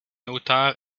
auteur